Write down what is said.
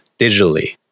digitally